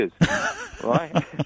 right